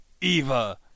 Eva